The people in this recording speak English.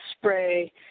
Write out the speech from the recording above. spray